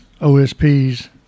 OSPs